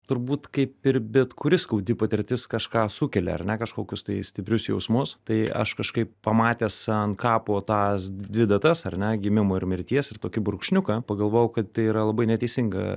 turbūt kaip ir bet kuri skaudi patirtis kažką sukelia ar ne kažkokius tai stiprius jausmus tai aš kažkaip pamatęs ant kapo tas dvi datas ar ne gimimo ir mirties ir tokį brūkšniuką pagalvojau kad tai yra labai neteisinga